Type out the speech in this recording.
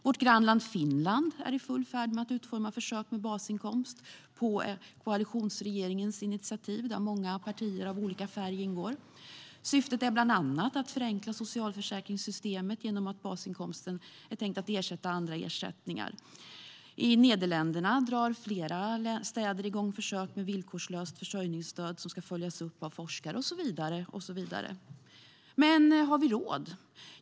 Vårt grannland Finland är i full färd med att utforma försök med basinkomst, på koalitionsregeringens initiativ - där ingår många partier av olika färger. Syftet är bland annat att man ska förenkla socialförsäkringssystemet genom att basinkomsten är tänkt att ersätta andra ersättningar. I Nederländerna drar flera städer igång försök med ett villkorslöst försörjningsstöd, som ska följas upp av forskare. Men har vi råd?